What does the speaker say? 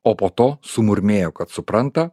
o po to sumurmėjo kad supranta